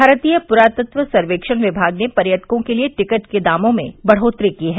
भारतीय प्रातत्व सर्वक्षण विभाग ने पर्यटकों के लिये टिकटों के दामों में बढ़ोत्तरी की है